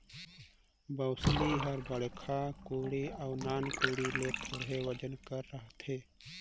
बउसली हर बड़खा कोड़ी अउ नान कोड़ी ले थोरहे ओजन कर रहथे